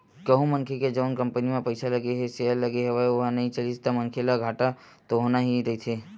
कहूँ मनखे के जउन कंपनी म पइसा लगे हे सेयर लगे हवय ओहा नइ चलिस ता मनखे ल घाटा तो होना ही रहिथे